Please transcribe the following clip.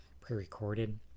pre-recorded